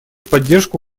поддержку